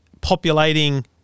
populating